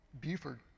Buford